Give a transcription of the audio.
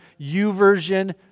Uversion